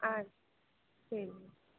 ஆ சரிங்க மேம்